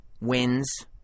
wins